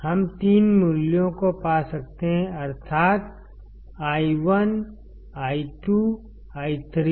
हम इन तीन मूल्यों को पा सकते हैं अर्थात् i1 i2 i3